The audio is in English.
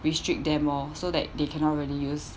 restrict them oh so that they cannot really use